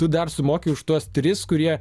tu dar sumoki už tuos tris kurie